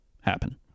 happen